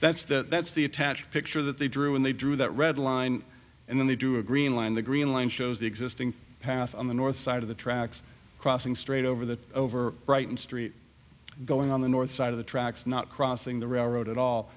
that's that that's the attached picture that they drew when they drew that red line and then they do a green line the green line shows the existing path on the north side of the tracks crossing straight over the over brighton street going on the north side of the tracks not crossing the railroad at all